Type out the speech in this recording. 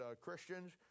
Christians—